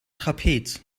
trapez